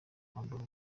kwambara